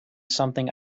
something